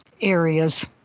areas